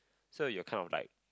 so you're kind of like